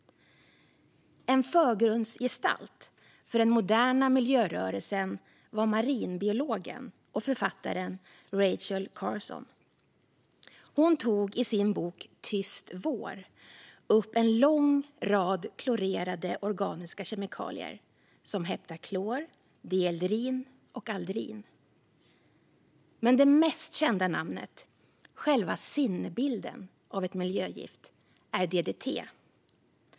En förgrundsgestalt för den moderna miljörörelsen var marinbiologen och författaren Rachel Carson. Hon tog i sin bok Tyst vår upp en lång rad klorerade organiska kemikalier, som heptaklor, dieldrin och aldrin. Men det mest kända namnet, själva sinnebilden av ett miljögift, är DDT.